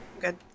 good